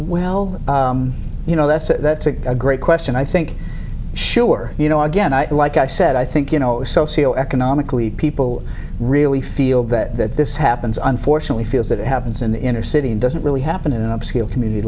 well you know that's a that's a great question i think sure you know again i i said i think you know socio economically people really feel that this happens unfortunately feels that it happens in inner city and doesn't really happen in an upscale community